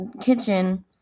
kitchen